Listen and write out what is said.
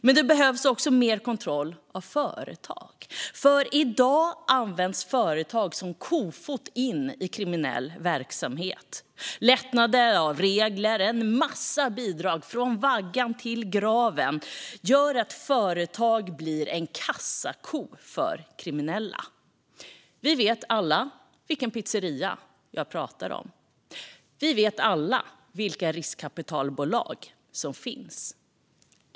Men det behövs också mer kontroll av företag, för i dag används företag som en kofot in i kriminell verksamhet. Lättnader av regler, en massa bidrag från vaggan till graven, gör att företag blir en kassako för kriminella. Vi vet alla vilken pizzeria jag pratar om. Vi vet alla vilka riskkapitalbolag som finns.